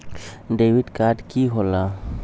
Debit card की होला?